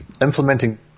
Implementing